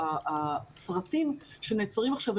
הסרטים שנעצרים עכשיו,